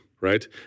Right